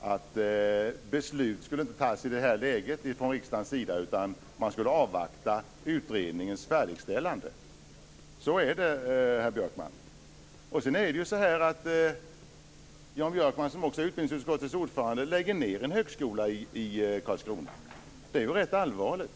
att beslut inte skulle fattas i det här laget utan att man skulle avvakta utredningens färdigställande. Så är det, herr Björkman. Jan Björkman, som är utbildningsutskottets ordförande, vill lägga ned en högskola i Karlskrona. Det är rätt allvarligt.